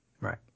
Right